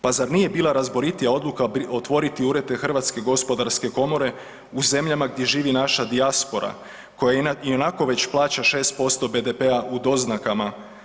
Pa zar nije bila razboritija odluka otvoriti urede Hrvatske gospodarske komore u zemljama gdje živi naša dijaspora koja ionako već plaća 6% BDP-a u doznakama.